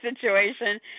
situation